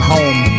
Home